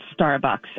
Starbucks